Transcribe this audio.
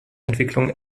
entwicklung